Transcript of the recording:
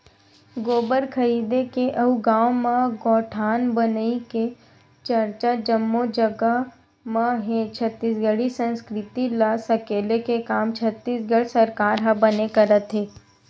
गोबर खरीदे के अउ गाँव म गौठान बनई के चरचा जम्मो जगा म हे छत्तीसगढ़ी संस्कृति ल सकेले के काम छत्तीसगढ़ सरकार ह बने करत हे